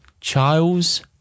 Charles